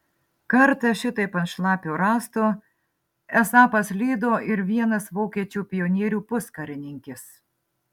kartą šitaip ant šlapio rąsto esą paslydo ir vienas vokiečių pionierių puskarininkis